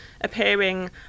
appearing